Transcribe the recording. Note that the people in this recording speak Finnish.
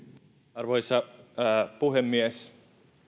arvoisa puhemies